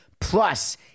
plus